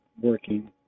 working